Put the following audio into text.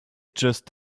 just